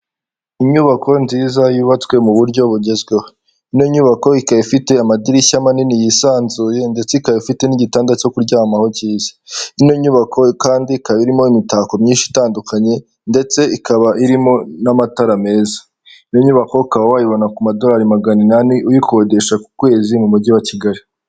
Inyubako nziza yubatswe mu buryo bugezweho. Ino nyubako ikaba ifite amadirishya manini yisanzuye ndetse ikaba ifite n'igitanda cyo kuryamaho cyiza. Ino nyubako kandi ikaba irimo imitako myinshi itandukanye ndetse ikaba irimo n'amatara meza. Iyo nyubako ukaba wayibona ku madorari magana inani uyikodesha ku kwezi mu mujyi wa Kigali.